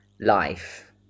life